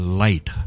light